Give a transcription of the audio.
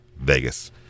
Vegas